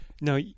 Now